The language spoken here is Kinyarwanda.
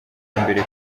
mbere